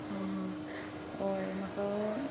हां हां हय म्हाका